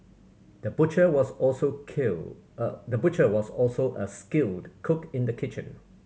the butcher was also kill the butcher was also a skilled cook in the kitchen